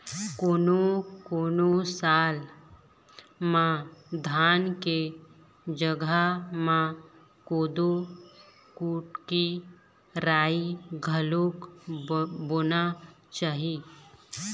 कोनों कोनों साल म धान के जघा म कोदो, कुटकी, राई घलोक बोना चाही